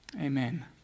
Amen